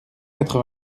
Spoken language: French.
quatre